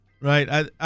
right